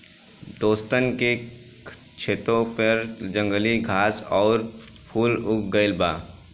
दोस्तन के छतों पर जंगली घास आउर फूल उग गइल बा